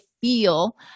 feel